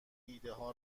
ایدهها